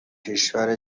کشور